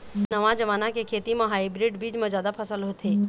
नवा जमाना के खेती म हाइब्रिड बीज म जादा फसल होथे